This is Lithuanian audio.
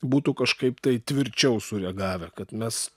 būtų kažkaip tai tvirčiau sureagavę kad mes